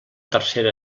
tercera